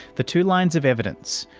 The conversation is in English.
the two lines of evidence,